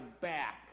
back